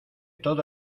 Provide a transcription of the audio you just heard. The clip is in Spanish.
todo